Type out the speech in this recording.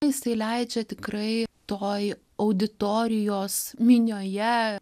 jisai leidžia tikrai toj auditorijos minioje